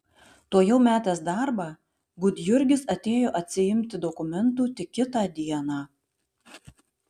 tuojau metęs darbą gudjurgis atėjo atsiimti dokumentų tik kitą dieną